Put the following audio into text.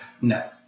no